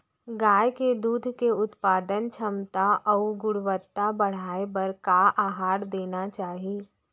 गाय के दूध के उत्पादन क्षमता अऊ गुणवत्ता बढ़ाये बर का आहार देना चाही?